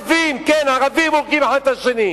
ערבים, כן ערבים, הורגים אחד את השני.